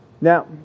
Now